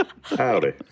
Howdy